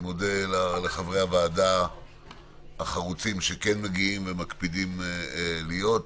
אני מודה לחברי הוועדה החרוצים שכן מגיעים ומקפידים להיות.